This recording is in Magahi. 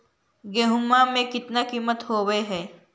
गेहूमा के कितना किसम होबै है?